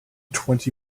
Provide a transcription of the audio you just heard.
twenty